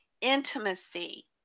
Intimacy